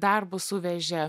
darbus suvežė